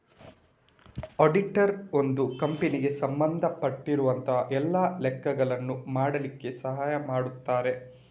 auditor ಒಂದು ಕಂಪನಿಗೆ ಸಂಬಂಧ ಪಟ್ಟಿರುವಂತಹ ಎಲ್ಲ ಲೆಕ್ಕಗಳನ್ನ ಮಾಡ್ಲಿಕ್ಕೆ ಸಹಾಯ ಮಾಡ್ತಾರೆ